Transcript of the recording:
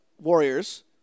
Warriors